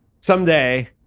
someday